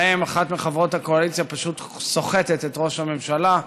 אחת מחברות הקואליציה פשוט סוחטת את ראש הממשלה: